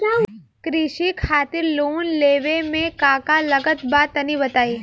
कृषि खातिर लोन लेवे मे का का लागत बा तनि बताईं?